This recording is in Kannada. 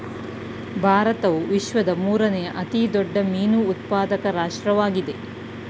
ಭಾರತವು ವಿಶ್ವದ ಮೂರನೇ ಅತಿ ದೊಡ್ಡ ಮೀನು ಉತ್ಪಾದಕ ರಾಷ್ಟ್ರವಾಗಿದೆ